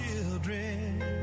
children